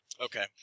Okay